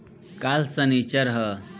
काल्ह सनीचर ह